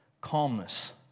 calmness